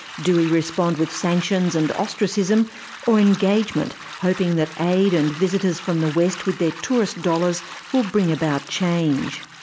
do we respond with sanctions and ostracism or engagement, hoping that aid and visitors from the west with their tourist dollars will bring about change?